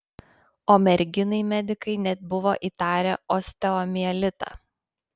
o merginai medikai net buvo įtarę osteomielitą